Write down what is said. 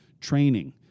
training